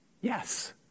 yes